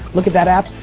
look at that app,